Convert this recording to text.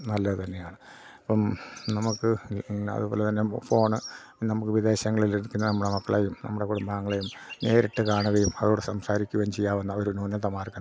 നല്ല തന്നെയാണ് ഇപ്പം നമുക്ക് അതുപോലെ തന്നെ ഫോണ് നമുക്ക് വിദേശങ്ങളിലിരിക്കുന്ന നമ്മളെ മക്കളെയും നമ്മളെ കുടുംബാങ്ങളെയും നേരിട്ട് കാണുകയും അവരോട് സംസാരിക്കുകയും ചെയ്യാവുന്ന അവ ഒരു നൂതനമാർഗം തന്നെയാണ്